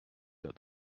that